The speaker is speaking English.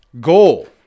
goal